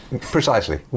precisely